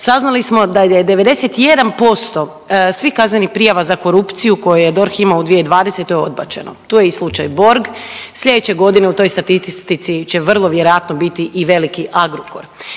Saznali smo da je 91% svih kaznenih prijava za korupciju koju je DORH imao u 2020. odbačeno, tu je i slučaj Borg. Slijedeće godine u toj statistici će vrlo vjerojatno biti i veliki Agrokor.